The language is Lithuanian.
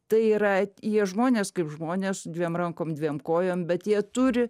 tai yra jie žmonės kaip žmonės su dviem rankom dviem kojom bet jie turi